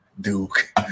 Duke